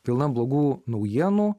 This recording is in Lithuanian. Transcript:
pilna blogų naujienų